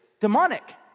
demonic